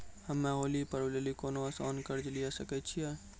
हम्मय होली पर्व लेली कोनो आसान कर्ज लिये सकय छियै?